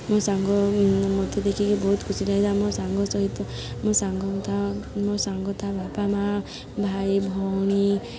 ମୋ ସାଙ୍ଗ ମୋତେ ଦେଖିକି ବହୁତ ଖୁସି ଲାଗିଲା ମୋ ସାଙ୍ଗ ସହିତ ମୋ ସାଙ୍ଗ ତା ମୋ ସାଙ୍ଗ ତା ବାପା ମାଆ ଭାଇ ଭଉଣୀ